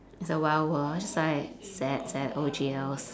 it's a wild world it's just like sad sad O_G_Ls